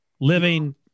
living